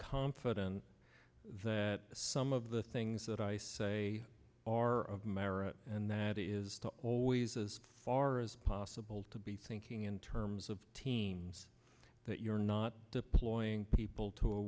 confident that some of the things that i say are of merit and that is to always as far as possible to be thinking in terms of teams that you're not deploying people to a